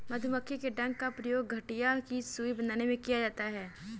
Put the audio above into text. मधुमक्खी के डंक का प्रयोग गठिया की सुई बनाने में किया जाता है